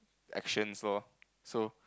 actions lor so